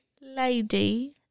Lady